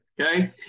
okay